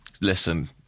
Listen